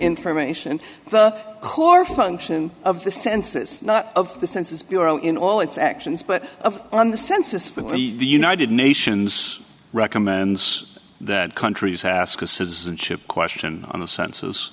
information the core function of the census not of the census bureau in all its actions but of on the census for the united nations recommends that countries haskell's citizenship question on the cens